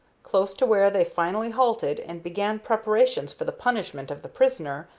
close to where they finally halted and began preparations for the punishment of the prisoner,